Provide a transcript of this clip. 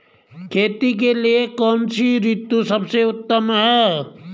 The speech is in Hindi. खेती के लिए कौन सी ऋतु सबसे उत्तम है?